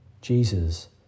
Jesus